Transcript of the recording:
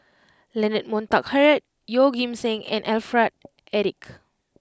Leonard Montague Harrod Yeoh Ghim Seng and Alfred Eric